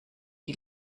die